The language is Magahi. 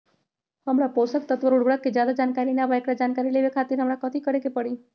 हमरा पोषक तत्व और उर्वरक के ज्यादा जानकारी ना बा एकरा जानकारी लेवे के खातिर हमरा कथी करे के पड़ी?